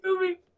movie